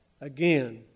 again